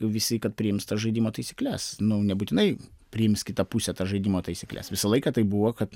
visi kad priims tas žaidimo taisykles nu nebūtinai priims kitą pusę tas žaidimo taisykles visą laiką taip buvo kad